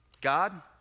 God